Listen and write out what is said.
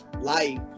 life